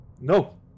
No